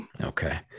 Okay